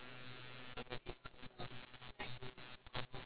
ya so like what story I'll tell them a lot sia